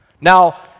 Now